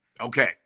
okay